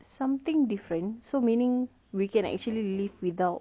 something different so meaning we can actually live without